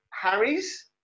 Harry's